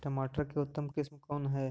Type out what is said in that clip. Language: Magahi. टमाटर के उतम किस्म कौन है?